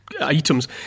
items